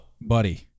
Buddy